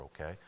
okay